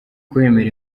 kwemera